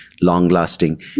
long-lasting